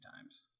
times